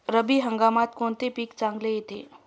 रब्बी हंगामात कोणते पीक चांगले येते?